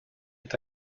est